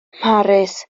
mharis